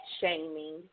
shaming